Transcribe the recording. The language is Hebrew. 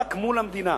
רק מול המדינה,